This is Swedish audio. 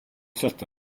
sätta